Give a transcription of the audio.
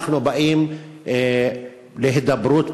אנחנו באים להידברות,